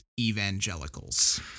Evangelicals